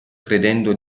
credendo